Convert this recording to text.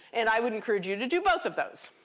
and i would encourage you to do both of those.